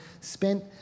spent